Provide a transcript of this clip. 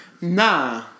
Nah